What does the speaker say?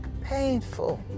painful